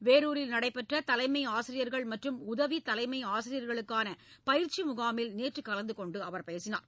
வேலூரில் நடைபெற்ற தலைமை ஆசிரியர்கள் மற்றும் உதவி தலைமை ஆசிரியர்களுக்கான பயிற்சி முகாமில் நேற்று கலந்துகொண்டு அவர் பேசினார்